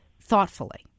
thoughtfully